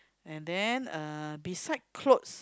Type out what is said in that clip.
and then uh beside clothes